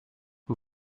who